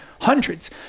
hundreds